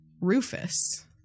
rufus